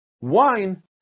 Wine